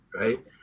right